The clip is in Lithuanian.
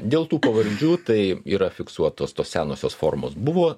dėl tų pavardžių tai yra fiksuotos tos senosios formos buvo